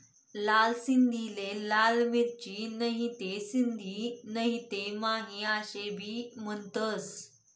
लाल सिंधीले लाल मिरची, नहीते सिंधी नहीते माही आशे भी म्हनतंस